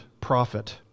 prophet